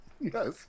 Yes